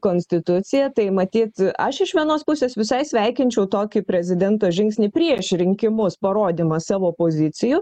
konstituciją tai matyt aš iš vienos pusės visai sveikinčiau tokį prezidento žingsnį prieš rinkimus parodymą savo pozicijų